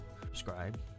subscribe